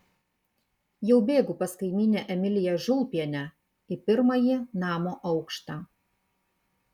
jau bėgu pas kaimynę emiliją žulpienę į pirmąjį namo aukštą